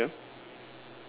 alright sure